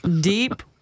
Deep